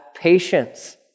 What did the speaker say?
patience